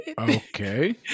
Okay